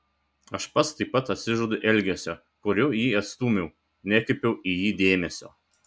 aš pats taip pat atsižadu elgesio kuriuo jį atstūmiau nekreipiau į jį dėmesio